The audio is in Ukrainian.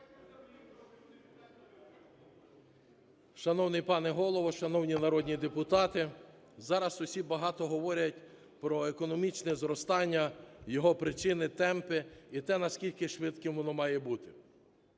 Шановний пане Голово, шановні народні депутати! Зараз усі багато говорять про економічне зростання, його причини, темпи і те, наскільки швидким воно має бути.